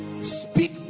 speak